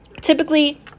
Typically